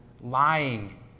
Lying